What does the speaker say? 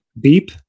beep